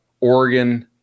Oregon